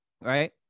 right